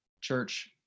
Church